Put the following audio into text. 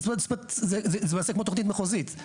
זאת אומרת זה למעשה כמו תוכנית מחוזית,